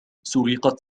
سُرقت